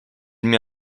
met